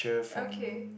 okay